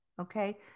Okay